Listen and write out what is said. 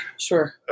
Sure